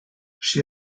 she